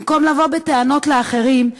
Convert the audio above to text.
במקום לבוא בטענות לאחרים,